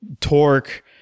torque